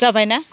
जाबाय ना